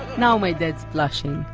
now my dad's blushing.